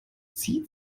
zieht